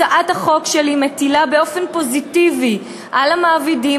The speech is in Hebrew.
הצעת החוק שלי מטילה באופן פוזיטיבי על המעבידים